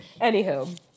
Anywho